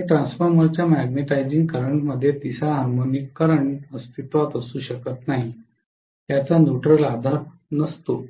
तर ट्रान्सफॉर्मरच्या मॅग्नेटिझिंग करंटमध्ये तिसरा हार्मोनिक प्रवाह अस्तित्वात असू शकत नाही ज्याचा न्यूट्रल आधार नसतो